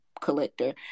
collector